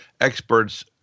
experts